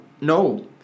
No